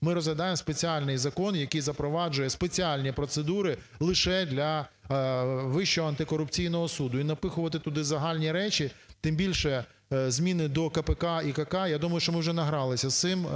Ми розглядаємо спеціальний закон, який запроваджує спеціальні процедури лише для Вищого антикорупційного суду і напихувати туди загальні речі, тим більше зміни до КПК і КК, я думаю, що ми вже награлися з цим,